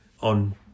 on